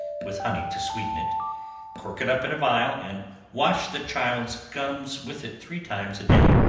with honey to sweeten it cork it up in a vial, and wash the child's gums with it three times a day,